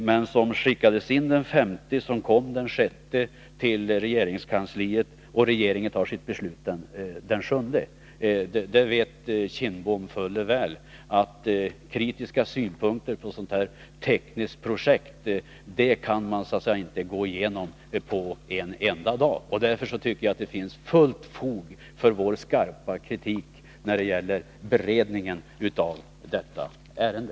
Det skickades in den 5 juni, och kom till regeringskansliet den 6 juni, och regeringen fattade sitt beslut den 7 juni. Bengt Kindbom vet fuller väl att kritiska synpunkter på ett sådant här tekniskt projekt kan man inte gå igenom på en enda dag. Därför tycker jag att det finns fullt fog för vår skarpa kritik när det gäller beredningen av detta ärende.